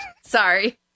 Sorry